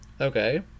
Okay